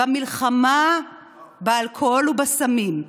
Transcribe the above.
במלחמה באלכוהול ובסמים,